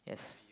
yes